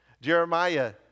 Jeremiah